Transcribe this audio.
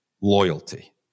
loyalty